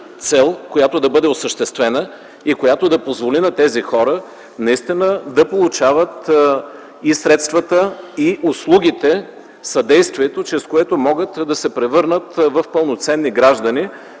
която да бъде осъществена и която да позволи на тези хора наистина да получават и средствата, и услугите, съдействието, чрез което могат да се превърнат в пълноценни граждани,